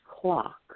clock